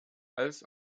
als